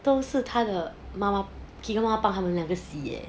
都是他的 keegan 妈妈帮他们两个洗 leh